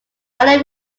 anna